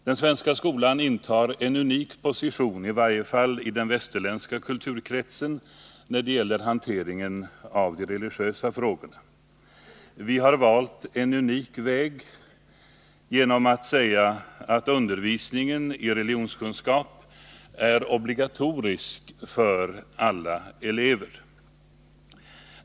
Den svenska skolan intar en unik position, i varje fall i den västerländska kulturkretsen, när det gäller hanteringen av de religiösa frågorna. Vi har valt en unik väg genom att säga att undervisningen i religionskunskap är obligatorisk för alla elever.